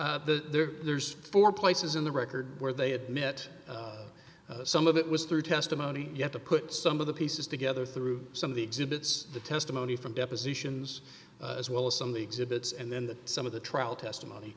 lamps there's four places in the record where they had met some of it was through testimony yet to put some of the pieces together through some of the exhibits the testimony from depositions as well as some of the exhibits and then some of the trial testimony